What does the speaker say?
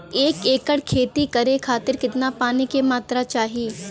एक एकड़ खेती करे खातिर कितना पानी के मात्रा चाही?